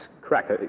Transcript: correct